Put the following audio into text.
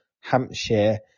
Hampshire